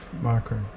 marker